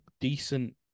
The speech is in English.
decent